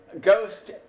Ghost